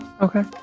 okay